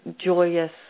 joyous